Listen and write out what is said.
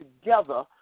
together